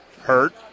Hurt